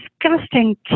disgusting